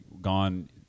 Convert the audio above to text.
gone